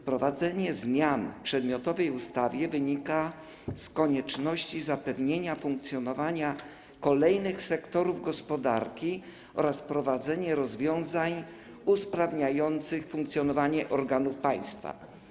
Wprowadzenie zmian w przedmiotowej ustawie wynika z konieczności zapewnienia funkcjonowania kolejnych sektorów gospodarki oraz wprowadzenia rozwiązań usprawniających funkcjonowanie organów państwa.